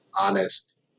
honest